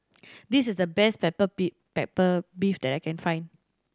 this is the best pepper beef pepper beef that I can find